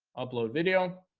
upload video